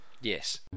Yes